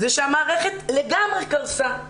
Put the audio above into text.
שהמערכת לגמרי קרסה.